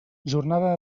jornada